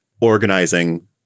Organizing